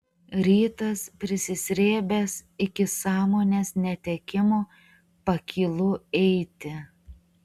rytas prisisrėbęs iki sąmonės netekimo pakylu eiti